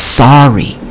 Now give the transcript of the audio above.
sorry